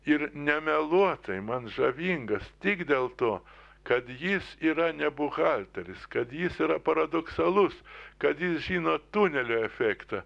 ir nemeluotai man žavingas tik dėl to kad jis yra ne buhalteris kad jis yra paradoksalus kad jis žino tunelio efektą